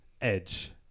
edge